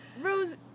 Rose